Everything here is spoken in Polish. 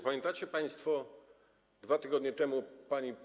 Pamiętacie państwo, 2 tygodnie temu pani